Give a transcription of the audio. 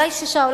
אולי שישה,